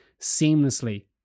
seamlessly